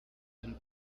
and